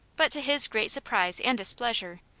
but, to his great surprise and displeasure,